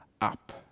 up